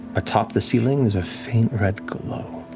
atop the ceiling, is a faint red glow.